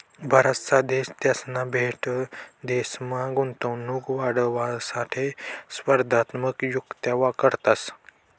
बराचसा देश त्यासना थेट विदेशमा गुंतवणूक वाढावासाठे स्पर्धात्मक युक्त्या काढतंस